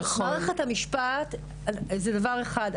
מערכת המשפט זה דבר אחד,